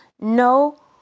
no